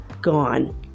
Gone